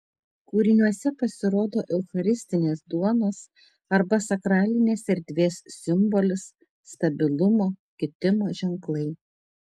kūriniuose pasirodo eucharistinės duonos arba sakralinės erdvės simbolis stabilumo kitimo ženklai